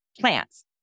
plants